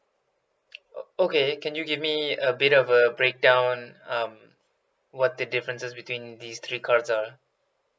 okay can you give me a bit of a breakdown um what the differences between these three card are